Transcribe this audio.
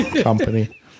company